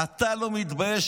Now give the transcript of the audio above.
אתה לא מתבייש?